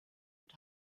und